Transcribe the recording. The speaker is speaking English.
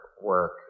work